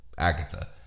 Agatha